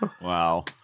Wow